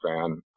fan